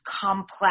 complex